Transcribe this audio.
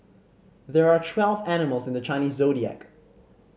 there are twelve animals in the Chinese Zodiac